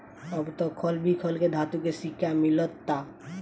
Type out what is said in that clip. अब त खल बिखल के धातु के सिक्का मिलता